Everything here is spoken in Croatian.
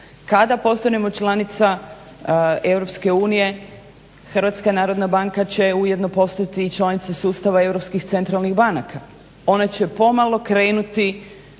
Kada postanemo članica Europske unije HNB će ujedno postati i članica sustava europskih centralnih banaka. Ona će pomalo krenuti